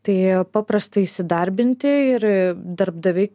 tai paprasta įsidarbinti ir darbdaviai